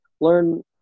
learn